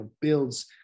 builds